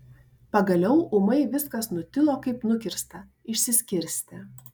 pagaliau ūmai viskas nutilo kaip nukirsta išsiskirstė